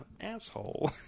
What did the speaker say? asshole